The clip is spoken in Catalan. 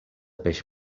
peix